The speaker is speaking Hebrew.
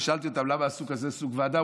ושאלתי אותם: למה עשו כזה סוג ועדה?